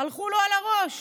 הלכו לו על הראש.